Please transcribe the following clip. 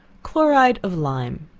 chloride of lime.